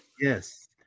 Yes